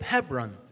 Hebron